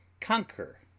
conquer